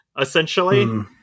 essentially